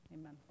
Amen